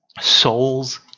souls